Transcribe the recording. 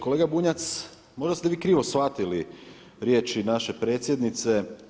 Kolega Bunjac možda ste vi krivo shvatili riječi naše predsjednice.